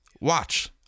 Watch